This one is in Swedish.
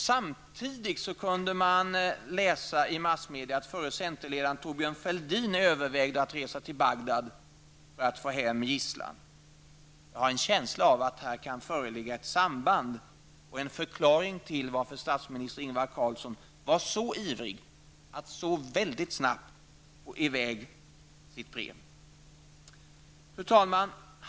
Samtidigt som detta ägde rum kunde vi i massmedia läsa att förre centerledaren Thorbjörn Fälldin övervägde att resa till Bagdad för att få hem gisslan. Jag har en känsla av att här kan föreligga ett samband och en förklaring till varför statsminister Ingvar Carlsson var så ivrig att snabbt få i väg sitt brev. Fru talman!